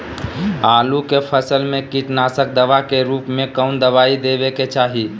आलू के फसल में कीटनाशक दवा के रूप में कौन दवाई देवे के चाहि?